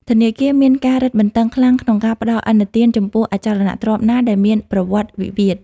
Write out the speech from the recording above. ធនាគារមានការរឹតបន្តឹងខ្លាំងក្នុងការផ្ដល់ឥណទាន ចំពោះអចលនទ្រព្យណាដែលមានប្រវត្តិវិវាទ។